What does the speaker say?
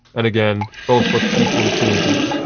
and again, both look equally clean to me.